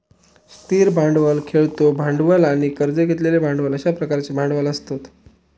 स्थिर भांडवल, खेळतो भांडवल आणि कर्ज घेतलेले भांडवल अश्या प्रकारचे भांडवल असतत